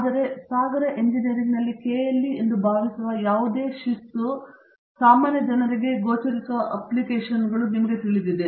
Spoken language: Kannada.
ಆದರೆ ಸಾಗರ ಎಂಜಿನಿಯರಿಂಗ್ನಲ್ಲಿ KLE ಎಂದು ಭಾವಿಸುವ ಯಾವುದೇ ಶಿಸ್ತು ಸಾಮಾನ್ಯ ಜನರಿಗೆ ಗೋಚರಿಸುವ ಅಪ್ಲಿಕೇಶನ್ಗಳನ್ನು ನಿಮಗೆ ತಿಳಿದಿದೆ